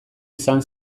izan